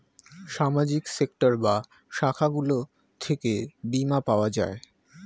সামাজিক সেক্টর বা শাখাগুলো থেকে বীমা পাওয়া যায়